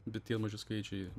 bet tie maži skaičiai